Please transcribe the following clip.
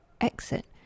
exit